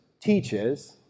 teaches